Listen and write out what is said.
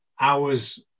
hours